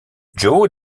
joe